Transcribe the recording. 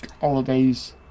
holidays